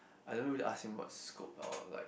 I don't know whether ask him about scope or like